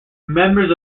members